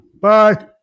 Bye